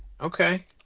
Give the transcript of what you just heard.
Okay